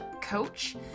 coach